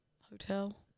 hotel